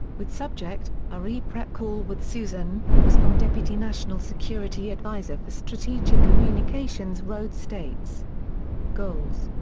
with subject ah re prep call with susan, was from deputy national security advisor for strategic communications rhodes states goals.